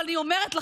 אבל אני אומרת לכם,